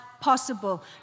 possible